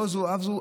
לא זו אף זו,